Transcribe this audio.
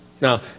Now